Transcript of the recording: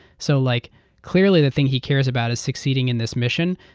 so like clearly, the thing he cares about is succeeding in this mission.